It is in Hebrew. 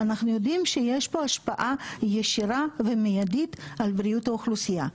אנחנו יודעים שיש פה השפעה ישירה ומיידית על בריאות האוכלוסייה.